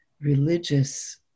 religious